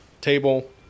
table